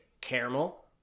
caramel